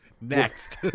Next